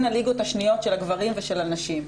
הליגות השניות של הגברים ושל הנשים,